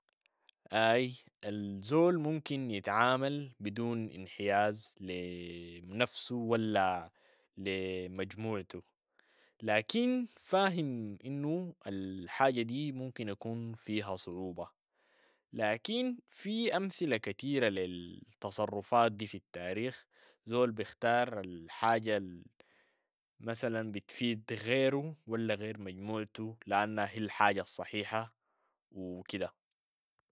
أي الزول ممكن يتعامل بدون انحياز لي نفسه ولا لي مجموعته، لكن فاهم إنو الحاجة دي ممكن يكون فيها صعوبة، لكن في أمثلة كتيرة للتصرفات دي في التاريخ، زول بيختار الحاجة المثلا بتفيد غيرو ولا غير مجموعتو لأنها هي الحاجة الصحيحة وكده.